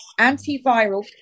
antiviral